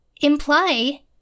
imply